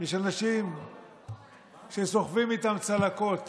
יש אנשים שסוחבים איתם צלקות,